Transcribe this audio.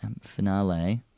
Finale